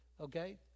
Okay